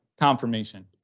confirmation